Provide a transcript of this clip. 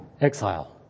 Exile